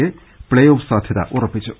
K playoff സാധ്യത ഉറ്പ്പിച്ചു